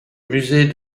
musée